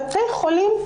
בתי החולים,